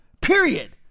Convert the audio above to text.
period